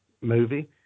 movie